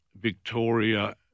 Victoria